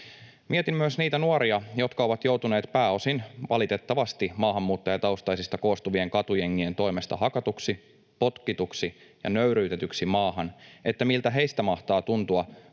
Mietin myös niitä nuoria, jotka ovat joutuneet pääosin, valitettavasti, maahanmuuttajataustaisista koostuvien katujengien toimesta hakatuksi, potkituksi ja nöyryytetyksi maahan, että miltä heistä mahtaa tuntua,